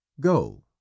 go